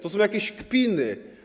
To są jakieś kpiny.